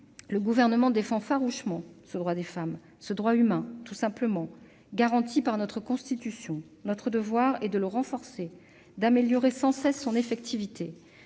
le Gouvernement défend farouchement ce droit des femmes, ce droit humain tout simplement, garanti par notre Constitution. Notre devoir est de le renforcer et d'améliorer sans cesse son effectivité.